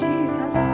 Jesus